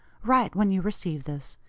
write when you receive this.